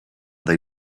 they